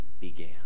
began